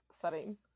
setting